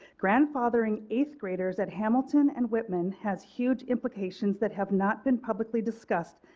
grandfathering eighth graders at hamilton and whitman has huge implications that have not been publicly discussed.